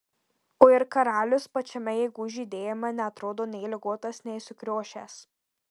o ir karalius pačiame jėgų žydėjime neatrodo nei ligotas nei sukriošęs